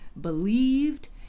believed